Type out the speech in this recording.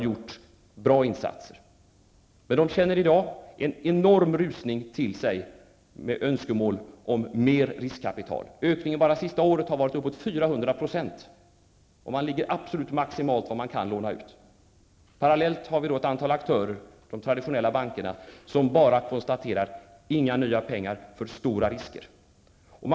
Det är i dag en enorm rusning till utvecklingsfonden i Kronobergs län med önskemål om mer riskkapital. Ökningen enbart under det senaste året har varit uppemot 400 %, och man har nu nått taket för vad man maximalt kan låna ut. Samtidigt finns det då ett antal aktörer, de traditionella bankerna, som bara konstaterar att det inte blir några nya pengar, eftersom riskerna är för stora.